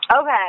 Okay